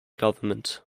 government